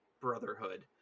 brotherhood